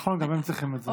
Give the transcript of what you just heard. נכון, גם הם צריכים את זה.